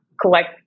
Collect